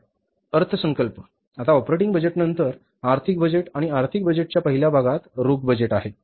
तर अर्थसंकल्प आता ऑपरेटिंग बजेटनंतर आर्थिक बजेट आणि आर्थिक बजेटच्या पहिल्या भागात रोख बजेट आहे